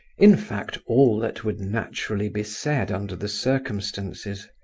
in fact, all that would naturally be said under the circumstances.